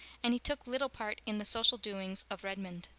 and he took little part in the social doings of redmond.